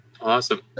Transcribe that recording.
Awesome